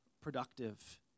productive